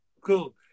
Cool